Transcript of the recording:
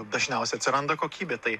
dažniausiai atsiranda kokybė tai